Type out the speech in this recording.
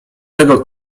tego